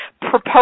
proposed